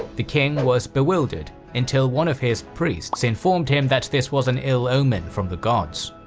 the king was bewildered, until one of his priests informed him that this was an ill-omen from the gods.